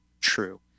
true